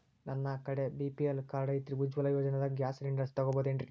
ನನ್ನ ಕಡೆ BPL card ಐತ್ರಿ, ಉಜ್ವಲಾ ಯೋಜನೆದಾಗ ಗ್ಯಾಸ್ ಸಿಲಿಂಡರ್ ತೊಗೋಬಹುದೇನ್ರಿ?